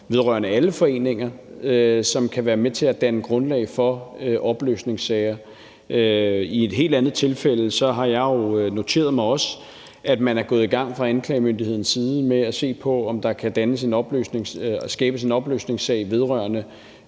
vedrørende alle foreninger, og som kan være med til at danne grundlag for opløsningssager. Jeg har også noteret mig, at man i et helt andet tilfælde er gået i gang fra anklagemyndighedens side med at se på, om der kan skabes en opløsningssag vedrørende